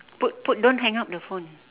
put put don't hang up the phone